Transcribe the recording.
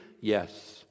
Yes